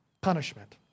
punishment